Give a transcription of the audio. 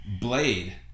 Blade